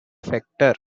factor